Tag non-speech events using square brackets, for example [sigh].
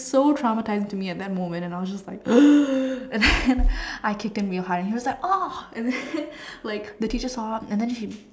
so traumatizing to me at that moment and I was just like [noise] and then [laughs] I kicked him real hard and he was like !aww! and then [laughs] like the teacher saw and then she